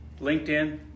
LinkedIn